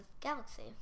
galaxy